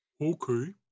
Okay